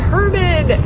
Herman